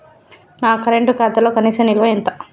నా కరెంట్ ఖాతాలో కనీస నిల్వ ఎంత?